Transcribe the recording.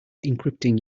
encrypting